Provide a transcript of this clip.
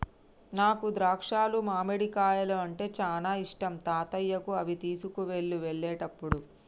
నాకు ద్రాక్షాలు మామిడికాయలు అంటే చానా ఇష్టం తాతయ్యకు అవి తీసుకువెళ్ళు వెళ్ళేటప్పుడు